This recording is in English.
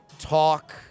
talk